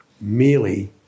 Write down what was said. merely